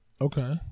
Okay